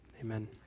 amen